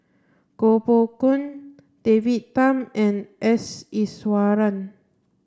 Koh Poh Koon David Tham and S Iswaran